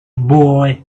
boy